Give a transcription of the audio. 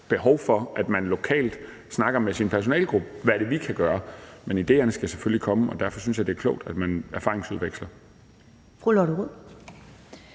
behov for, at man lokalt snakker med sin personalegruppe om, hvad det er, man kan gøre. Men idéerne skal selvfølgelig komme, og derfor synes jeg, det er klogt, at man erfaringsudveksler.